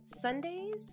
Sundays